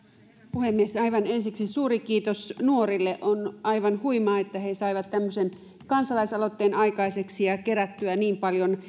puhemies aivan ensiksi suuri kiitos nuorille on aivan huimaa että he saivat tämmöisen kansalaisaloitteen aikaiseksi ja kerättyä niin paljon